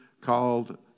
called